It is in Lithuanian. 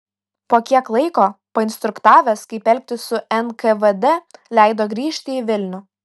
po kiek laiko painstruktavęs kaip elgtis su nkvd leido grįžti į vilnių